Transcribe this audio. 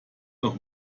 doch